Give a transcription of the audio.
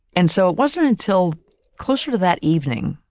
and so, it wasn't until closer to that evening,